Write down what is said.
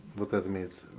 what that means?